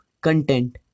content